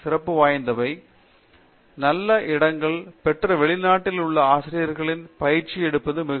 பேராசிரியர் சத்யநாராயணன் என் கும்மாடி மற்றும் நல்ல இடங்களை பெற வெளிநாட்டில் உள்ள ஆசிரியர்களின் பயிற்சி எடுப்பது மிகவும் ஏற்றது